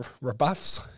rebuffs